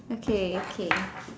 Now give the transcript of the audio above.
okay okay